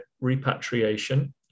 repatriation